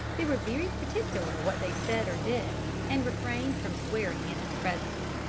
they were very particular what they said or did, and refrained from swearing in its presence.